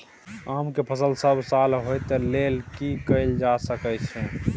आम के फसल सब साल होय तै लेल की कैल जा सकै छै?